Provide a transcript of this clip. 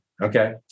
Okay